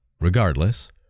Regardless